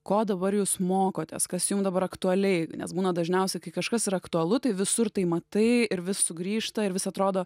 ko dabar jūs mokotės kas jum dabar aktualiai nes būna dažniausiai kai kažkas yra aktualu tai visur tai matai ir vis sugrįžta ir vis atrodo